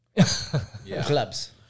clubs